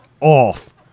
off